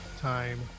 time